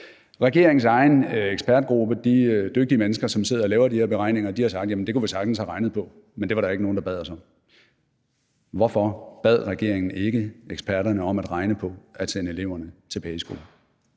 Regeringens egen ekspertgruppe – de dygtige mennesker, som sidder og laver de her beregninger – har sagt: Det kunne vi sagtens have regnet på, men det var der ikke nogen der bad os om. Hvorfor bad regeringen ikke eksperterne om at regne på at sende eleverne tilbage i skole?